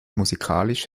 musikalisch